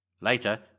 Later